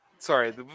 Sorry